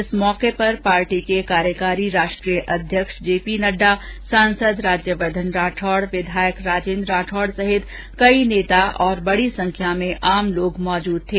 इस मौके पर पार्टी के कार्यकारी राष्ट्रीय अध्यक्ष जेपी नड्डा सांसद राज्यवर्धन राठौड विधायक राजेन्द्र राठौड सहित कई नेता और बडी संख्या में आम लोग मौजूद थे